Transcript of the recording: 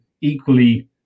equally